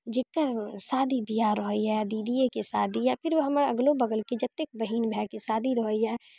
जकर शादी बियाह रहैय दिदियेके शादी या फेर हमरा अगलो बगलके जतेक बहिन भायके शादी रहैय